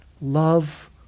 Love